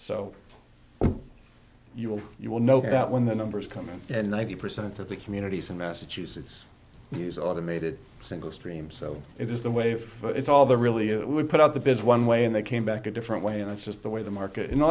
so you will you will notice that when the numbers come in and ninety percent of the communities in massachusetts use automated single stream so it is the way if it's all there really it would put out the bids one way and they came back a different way and it's just the way the market in the